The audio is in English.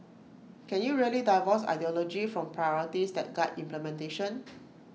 can you really divorce ideology from priorities that guide implementation